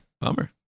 bummer